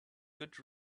good